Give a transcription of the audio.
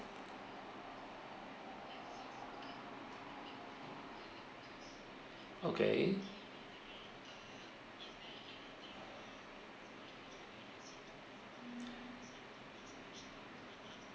okay